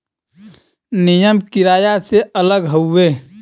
नियम किराया से अलग हउवे